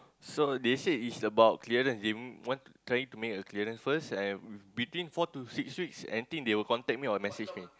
so they said is about clearance they want to try to make a clearance first and I between four to six weeks anything they will contact me or message me